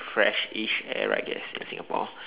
freshish air I guess in Singapore